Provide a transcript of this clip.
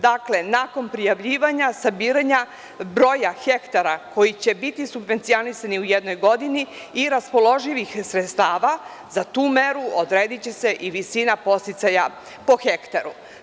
Dakle, nakon prijavljivanja, sabiranja broja hektara koji će biti subvencionisani u jednoj godini i raspoloživih sredstava, za tu meru odrediće se i visina podsticaja po hektaru.